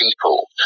people